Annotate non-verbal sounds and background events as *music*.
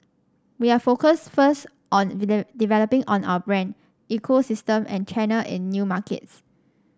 we are focused first on *unintelligible* developing on our brand ecosystem and channel in new markets